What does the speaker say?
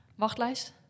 wachtlijst